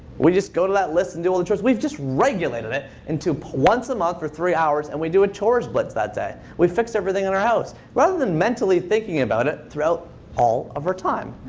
we just go to that list and do all the chores. we've just regulated it into once a month for three hours, and we do a chores blitz that day. we fix everything in our house, rather than mentally thinking about it throughout all of our time.